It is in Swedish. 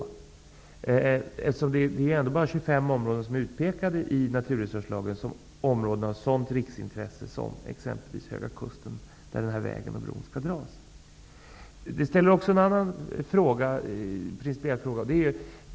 Det är ju ändå bara 25 områden som i naturresurslagen utpekas som områden av sådant riksintresse som exempelvis Höga kusten, där den här vägen och bron skall dras. Det här ärendet ställer också en annan fråga av principiellt intresse.